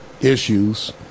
issues